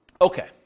Okay